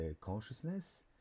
consciousness